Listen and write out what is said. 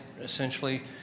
essentially